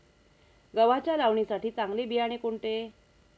गव्हाच्या लावणीसाठी चांगले बियाणे कोणते?